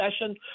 session